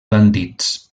bandits